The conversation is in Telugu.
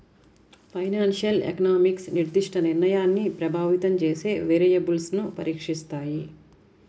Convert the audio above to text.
ఫైనాన్షియల్ ఎకనామిక్స్ నిర్దిష్ట నిర్ణయాన్ని ప్రభావితం చేసే వేరియబుల్స్ను పరీక్షిస్తాయి